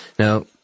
Now